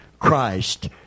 Christ